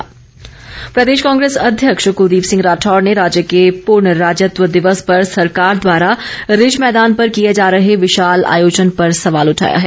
राठौर प्रदेश कांग्रेस अध्यक्ष कुलदीप सिंह राठौर ने राज्य के पूर्ण राज्यत्व दिवस पर सरकार द्वारा रिज मैदान पर किए जा रहे विशाल आयोजन पर सवाल उठाया है